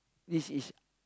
this is